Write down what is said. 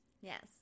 Yes